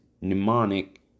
mnemonic